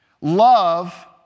Love